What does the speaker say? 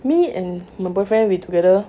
me and my boyfriend we together